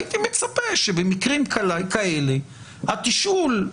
הייתי מצפה שבמקרים כאלה התשאול,